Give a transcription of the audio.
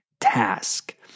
task